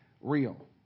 real